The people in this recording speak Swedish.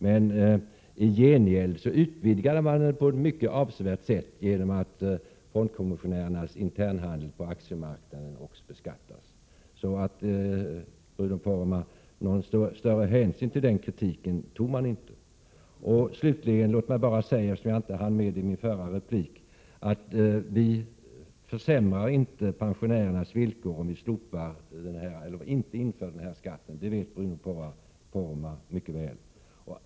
Men i gengäld utvidgade man den på ett mycket avsevärt sätt genom att också fondkommissionärernas internhandel på aktiemarknaden beskattas. Så någon större hänsyn till den kritiken tog man inte, Bruno Poromaa. Låt mig slutligen säga, eftersom jag inte hann med det i min förra replik, att vi inte försämrar pensionärernas villkor om vi inte inför den här skatten; det vet Bruno Poromaa mycket väl.